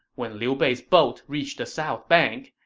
when liu bei's boat reached the south bank,